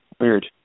Weird